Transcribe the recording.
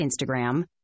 Instagram